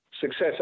success